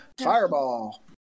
Fireball